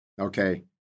okay